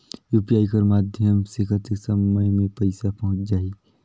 UPI कर माध्यम से कतेक समय मे पइसा पहुंच जाहि?